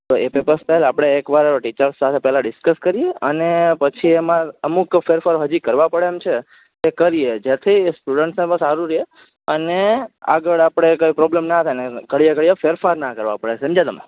તો એ paper style આપળે એક વાર ઓ ટીચર્સ સાથે પેલા ડિસક્સ કરીએ અને પછી એમાં અમુક ફેરફારો હજી કરવા પળે એમ છે એ કરીએ જેથી સ્ટુડન્ટ્સને પણ સારું રે અને આગળ આપળે કંઇ પ્રોબલ્બ ના થાયને ઘળીએ ઘળીએ ફેરફાર ના કરવા પળે સમજ્યા તમે